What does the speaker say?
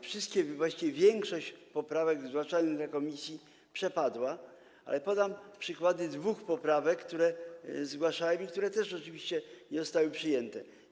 Wszystkie, a właściwie większość poprawek zgłaszanych w komisji przepadła, ale podam przykłady dwóch poprawek, które były zgłaszane, a które też oczywiście nie zostały przyjęte.